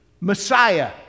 Messiah